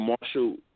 Marshall